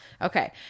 Okay